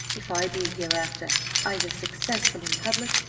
if i be hereafter either successful in public,